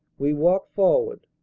we walk forward.